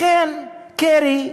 לכן קרי,